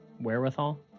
Wherewithal